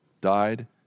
died